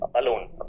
alone